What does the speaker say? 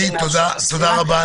יונית, תודה רבה.